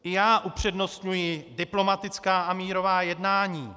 I já upřednostňuji diplomatická a mírová jednání.